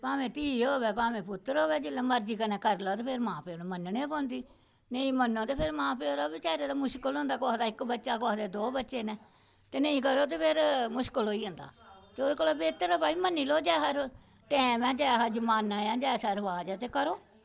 भामें धी होवै भामें पुत्तर होवै जेल्लै मर्जी कन्नै करी लाओ ते फिर मन्नना पौंदी नेईं मन्नना ते फिर बेचारे मां प्यो दा बी मुश्कल होंदा कुसै दा इक बच्चा ते कुसै दे दौ बच्चे न ते नेईं करो ते फिर मुश्कल होई जंदा ते एह्दे कोला भई मन्नी लाओ की जैसा टैम ऐ जिसलै जमाना ऐ ते जैसा रवाज ऐ ते करो